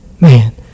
Man